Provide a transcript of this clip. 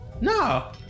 no